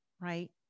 right